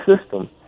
system